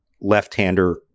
left-hander